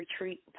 retreat